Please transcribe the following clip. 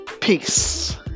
Peace